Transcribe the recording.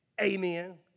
amen